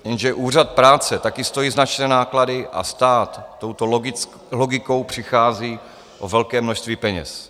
Jenže Úřad práce také stojí značné náklady a stát touto logikou přichází o velké množství peněz.